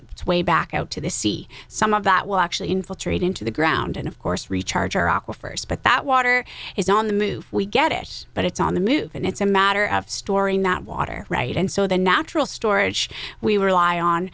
its way back out to the sea some of that will actually infiltrate into the ground and of course recharge our aquifers but that water is on the move we get it but it's on the move and it's a matter of story not water right and so the natural storage we were lie on